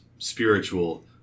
Spiritual